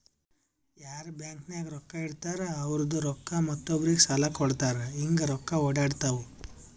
ಯಾರ್ ಬ್ಯಾಂಕ್ ನಾಗ್ ರೊಕ್ಕಾ ಇಡ್ತಾರ ಅವ್ರದು ರೊಕ್ಕಾ ಮತ್ತೊಬ್ಬರಿಗ್ ಸಾಲ ಕೊಡ್ತಾರ್ ಹಿಂಗ್ ರೊಕ್ಕಾ ಒಡ್ಯಾಡ್ತಾವ